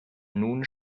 nun